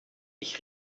ich